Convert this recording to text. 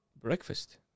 breakfast